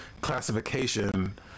classification